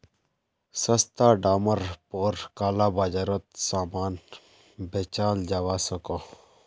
सस्ता डामर पोर काला बाजारोत सामान बेचाल जवा सकोह